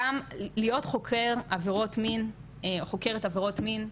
זה שגם להיות חוקר עבירות מין או חוקרת עבירות מין,